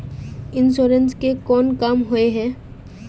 Insurance के कोन काम होय है?